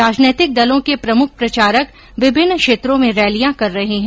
राजनीतिक दलों के प्रमुख प्रचारक विभिन्न क्षेत्रों में रैलियां कर रहे हैं